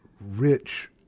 rich